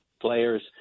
players